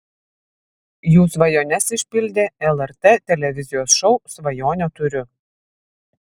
jų svajones išpildė lrt televizijos šou svajonę turiu